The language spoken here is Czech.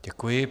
Děkuji.